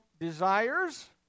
desires